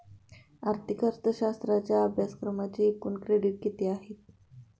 आर्थिक अर्थशास्त्राच्या अभ्यासक्रमाचे एकूण क्रेडिट किती आहेत?